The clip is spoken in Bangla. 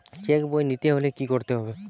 চেক বই নিতে হলে কি করতে হবে?